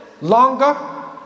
longer